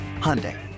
Hyundai